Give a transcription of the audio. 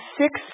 six